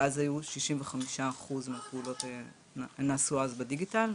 ואז היו 65% מהפעולות נעשו בדיגיטל,